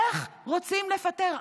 איך רוצים לפטר?